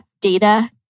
data